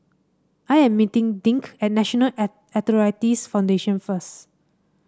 I am meeting Dink at National Arthritis Foundation first